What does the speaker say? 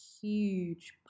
huge